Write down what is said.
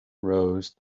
rose